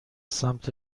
سمت